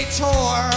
tour